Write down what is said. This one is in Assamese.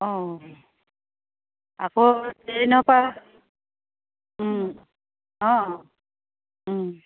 অঁ আকৌ ট্ৰেইনৰ পৰা অঁ